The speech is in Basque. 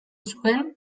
zuen